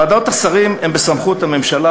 ועדות השרים הן בסמכות הממשלה,